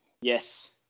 Yes